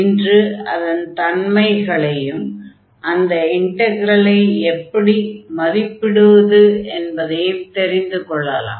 இன்று அதன் தன்மைகளையும் அந்த இன்டக்ரலை எப்படி மதிப்பிடுவது என்பதையும் தெரிந்து கொள்ளலாம்